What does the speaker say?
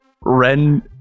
Ren